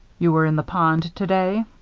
you were in the pond today?